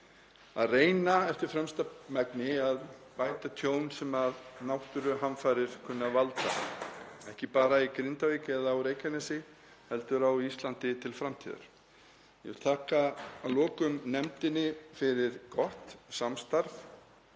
að reyna eftir fremsta megni að bæta tjón sem náttúruhamfarir kunna að valda, ekki bara í Grindavík eða á Reykjanesskaga heldur á Íslandi til framtíðar. Ég vil að lokum þakka nefndinni fyrir gott samstarf